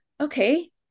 okay